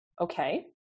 okay